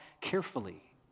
carefully